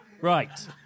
Right